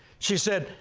she said,